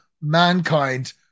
mankind